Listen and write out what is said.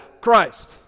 Christ